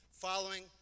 following